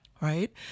right